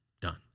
Done